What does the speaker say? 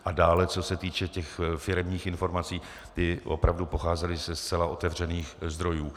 A dále, co se týče těch firemních informací, ty opravdu pocházely ze zcela otevřených zdrojů.